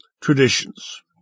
traditions